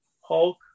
hulk